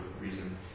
reason